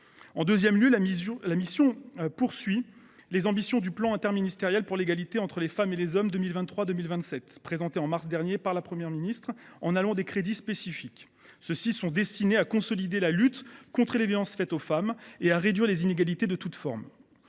En deuxième lieu, la mission poursuit les ambitions du plan interministériel pour l’égalité entre les femmes et les hommes 2023 2027, présenté en mars dernier par la Première ministre, en lui allouant des crédits spécifiques. Ceux ci sont destinés à consolider la lutte contre les violences faites aux femmes et à réduire les inégalités sous toutes